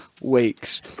weeks